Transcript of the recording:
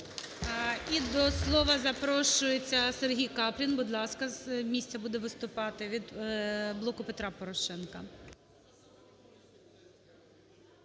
І до слова запрошується Сергій Каплін, будь ласка, з місця буде виступати, від "Блоку Петра Порошенка".